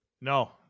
no